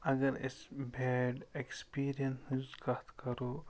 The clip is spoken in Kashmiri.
اگر أسۍ بیڈ ایٚکسپیٖریَنس ہٕنٛز کتھ کرو